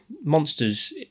monsters